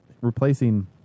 replacing